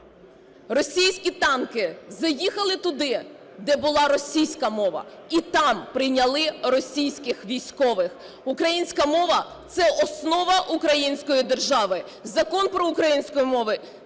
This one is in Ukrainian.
Російські танки заїхали туди, де була російська мова. І там прийняли російських військових. Українська мова – це основа української держави. Закон про українську мову –